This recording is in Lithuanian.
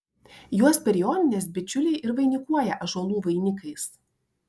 juos per jonines bičiuliai ir vainikuoja ąžuolų vainikais